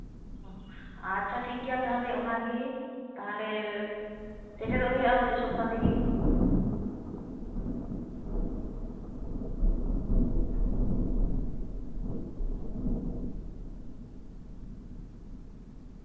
ᱚᱸᱻ ᱟᱪᱪᱷᱟ ᱴᱷᱤᱠᱜᱮᱭᱟ ᱛᱟᱦᱚᱞᱮ ᱚᱱᱟ ᱜᱮ ᱛᱟᱦᱚᱞᱮ ᱥᱮᱴᱮᱨᱚᱜ ᱦᱩᱭᱩᱜᱼᱟ ᱦᱟᱹᱡᱩᱜ ᱥᱚᱯᱛᱟᱦᱚ ᱛᱮᱜᱮ